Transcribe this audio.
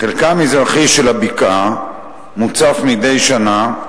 חלקה המזרחי של הבקעה מוצף מדי שנה.